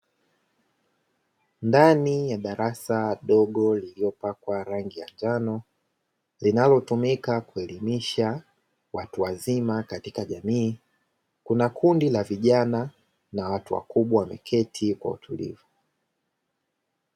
Ndani ya darasa dogo lililopakwa rangi ya njano, linalotumika kuelimisha watu wazima katika jamii, kuna kundi la vijana na watu Wakubwa, wameketi kwa utulivu.